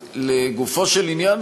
לגופו של עניין,